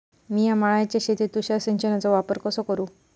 मिया माळ्याच्या शेतीत तुषार सिंचनचो वापर कसो करू?